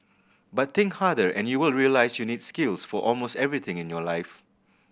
but think harder and you will realise you need skills for almost everything in your life